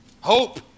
Hope